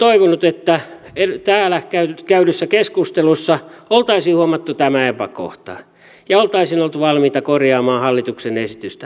olisin toivonut että täällä käydyssä keskustelussa oltaisiin huomattu tämä epäkohta ja oltaisiin oltu valmiita korjaaman hallituksen esitystä